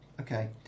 Okay